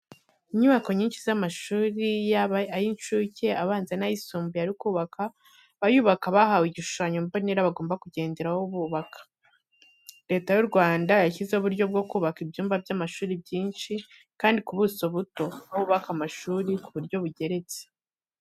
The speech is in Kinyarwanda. Inyubako nyinshi z'amashuri yaba ay'incuke, abanza n'ayisumbuye ari kubakwa, abayubaka bahawe igishushanyo mbonera bagomba kugenderaho bubaka. Leta y'u Rwanda yashyizeho uburyo bwo kubaka ibyumba by'amashuri byinshi kandi ku buso buto, aho bubaka amashuri ku buryo bugeretse.